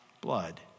blood